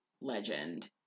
legend